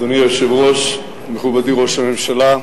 אדוני היושב-ראש, מכובדי ראש הממשלה,